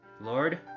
Lord